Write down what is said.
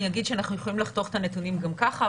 אני אגיד שאנחנו יכולים לחתוך כאן נתונים גם ככה.